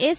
S